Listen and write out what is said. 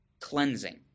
cleansing